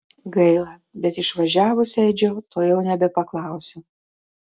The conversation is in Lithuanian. gaila bet išvažiavusio edžio to jau nebepaklausiu